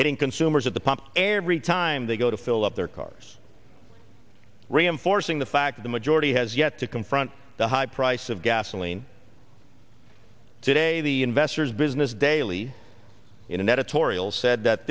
hitting consumers at the pump every time they go to fill up their cars reinforcing the fact the majority has yet to confront the high price of gasoline today the investor's business daily in an editorial said that